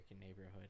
neighborhood